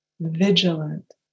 vigilant